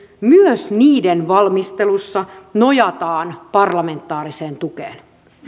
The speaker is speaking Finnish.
myös niiden valmistelussa nojataan parlamentaariseen tukeen